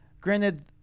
Granted